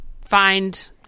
find